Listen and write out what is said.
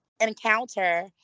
encounter